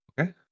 Okay